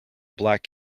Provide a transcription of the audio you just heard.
black